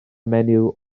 menyw